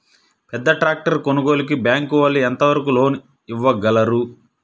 పెద్ద ట్రాక్టర్ కొనుగోలుకి బ్యాంకు వాళ్ళు ఎంత వరకు లోన్ ఇవ్వగలరు?